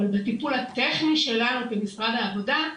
אבל בטיפול הטכני שלנו כמשרד העבודה,